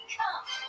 come